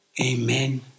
amen